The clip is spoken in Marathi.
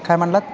काय म्हणालात